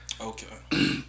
Okay